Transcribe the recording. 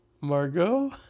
Margot